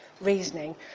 reasoning